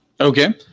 Okay